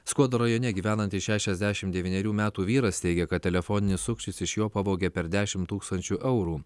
skuodo rajone gyvenantis šešiasdešim devynerių metų vyras teigia kad telefoninis sukčius iš jo pavogė per dešim tūkstančių eurų